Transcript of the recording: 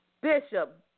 Bishop